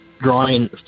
drawing